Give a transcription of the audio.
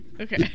Okay